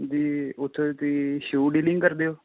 ਜੀ ਉੱਥੋਂ ਤੁਸੀਂ ਸ਼ੂ ਡੀਲਿੰਗ ਕਰਦੇ ਹੋ